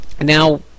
Now